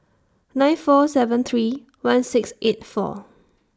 nine four seven three one six eight four